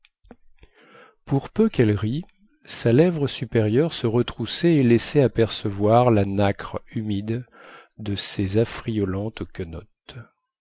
pour peu quelle rît sa lèvre supérieure se retroussait et laissait apercevoir la nacre humide de ses affriolantes